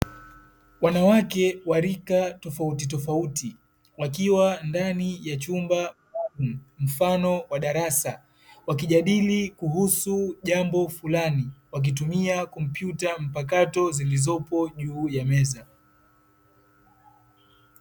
Wanawake wa rika tofautitofauti wakiwa ndani ya chumba mfano wa darasa, wakijadili kuhusu jambo fulani wakitumia kompyuta mpakato zilizopo juu ya meza.